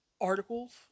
articles